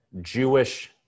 Jewish